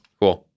Cool